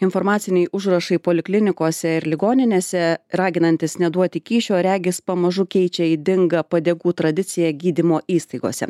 informaciniai užrašai poliklinikose ir ligoninėse raginantys neduoti kyšio regis pamažu keičia ydingą padėkų tradiciją gydymo įstaigose